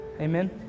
amen